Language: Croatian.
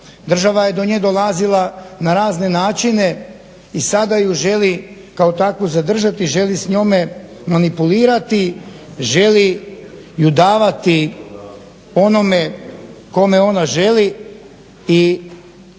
Država je do nje dolazila na razne načine i sada je želi kao takvu zadržati i želi s njome manipulirati, želi ju davati onome kome ona želi i naravno